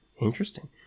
Interesting